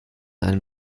einem